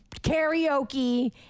karaoke